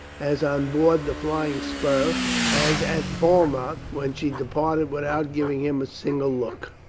as on board the flying spur as at falmouth, when she departed without giving him a single look.